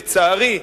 לצערי,